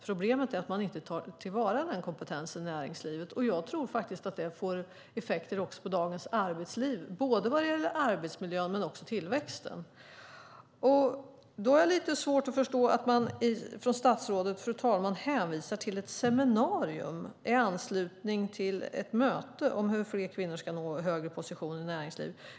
Problemet är att man inte tar till vara den kompetensen i näringslivet. Jag tror faktiskt att det får effekter på dagens arbetsliv, både vad gäller arbetsmiljö och tillväxt. Då har jag lite svårt, fru talman, att förstå att statsrådet hänvisar till ett seminarium i anslutning till ett möte om hur fler kvinnor ska nå högre positioner i näringslivet.